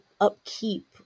upkeep